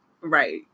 Right